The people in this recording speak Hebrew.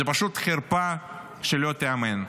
זאת פשוט חרפה שלא תיאמן.